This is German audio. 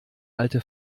alte